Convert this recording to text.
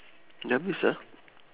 no more sia